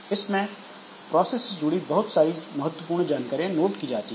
इसमें प्रोसेस से जुड़ी हुई सारी महत्वपूर्ण जानकारियां नोट की जाती है